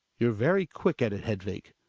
you're very quick at it, hedvig.